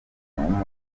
w’umupira